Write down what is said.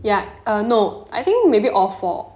ya err no I think maybe all four